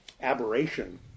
aberration